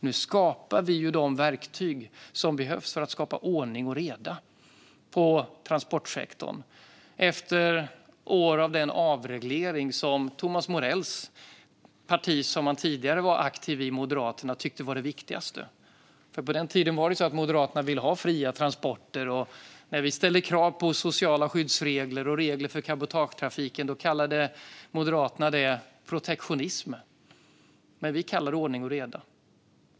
Nu skapar vi de verktyg som behövs för att skapa ordning och reda i transportsektorn, efter år av den avreglering som Moderaterna, det parti som Thomas Morell tidigare var aktiv i, tyckte var det viktigaste. På den tiden ville Moderaterna ha fria transporter. När vi ställde krav på sociala skyddsregler och regler för cabotagetrafiken kallade Moderaterna det protektionism. Men vi kallar det ordning och reda.